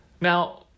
Now